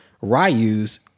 Ryus